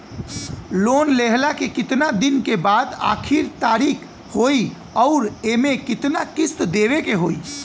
Loan लेहला के कितना दिन के बाद आखिर तारीख होई अउर एमे कितना किस्त देवे के होई?